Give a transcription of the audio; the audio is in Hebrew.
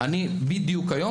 טיולים,